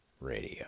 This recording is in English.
radio